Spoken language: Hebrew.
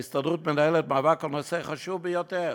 ההסתדרות מנהלת מאבק על נושא חשוב ביותר,